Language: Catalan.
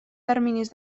terminis